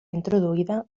introduïda